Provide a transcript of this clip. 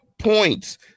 points